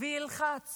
וילחץ